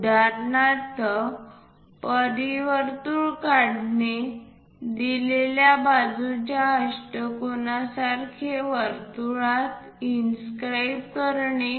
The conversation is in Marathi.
उदाहरणार्थ परिवर्तुळ काढणे दिलेल्या बाजूच्या अष्टकोनासारखे वर्तुळात इन स्क्राईब करणे